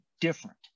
different